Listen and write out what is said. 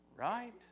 Right